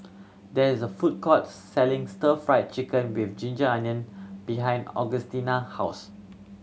there is a food court selling Stir Fry Chicken with ginger onion behind Augustina house